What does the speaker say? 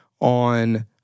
on